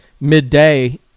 midday